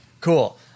Cool